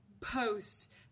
post